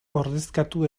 ordezkatu